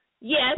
yes